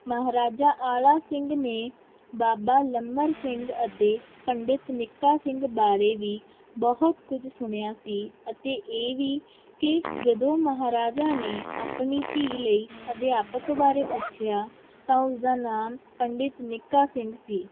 ਮਹਾਰਾਜਾ ਆਲਾ ਸਿੰਘ ਨੇ ਬਾਬਾ ਲੰਮਰ ਸਿੰਘ ਅਤੇ ਪੰਡਿਤ ਨਿੱਕਾ ਸਿੰਘ ਬਾਰੇ ਵੀ ਬਹੁਤ ਕੁਝ ਸੁਣਿਆ ਸੀ ਅਤੇ ਇਹ ਵੀ ਕਿ ਜਦੋਂ ਮਹਾਰਾਜਾ ਨੇ ਆਪਣੀ ਧੀ ਲਈ ਅਧਿਆਪਕ ਬਾਰੇ ਪੁੱਛਿਆ ਤਾਂ ਉਸਦਾ ਨਾਮ ਪੰਡਿਤ ਨਿੱਕਾ ਸਿੰਘ ਸੀ